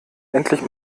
endlich